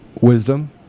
wisdom